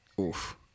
Oof